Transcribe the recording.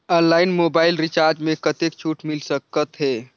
Online mobile recharge मे कतेक छूट मिल सकत हे?